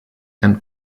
and